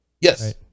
Yes